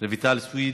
רויטל סויד.